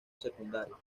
secundario